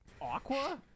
Aqua